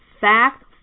Fact